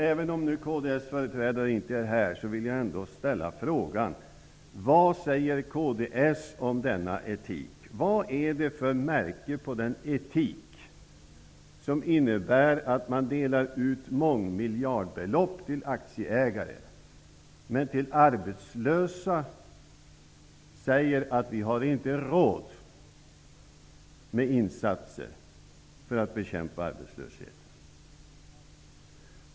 Även om kds företrädare inte är här vill jag ändå ställa frågan: Vad säger kds om denna etik? Vad är det för märke på den etik som innebär att man delar ut mångmiljardbelopp till aktieägare men säger att man inte har råd med insatser för att bekämpa arbetslösheten?